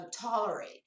tolerate